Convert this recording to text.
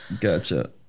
Gotcha